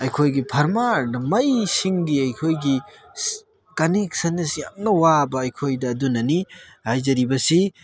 ꯑꯩꯈꯣꯏꯒꯤ ꯐꯥꯔꯃꯔꯗ ꯃꯩ ꯏꯁꯤꯡꯒꯤ ꯑꯩꯈꯣꯏꯒꯤ ꯀꯅꯦꯛꯁꯟ ꯑꯁꯤ ꯌꯥꯝꯅ ꯋꯥꯕ ꯑꯩꯈꯣꯏꯗ ꯑꯗꯨꯅꯅꯤ ꯍꯥꯏꯖꯔꯤꯕꯁꯤ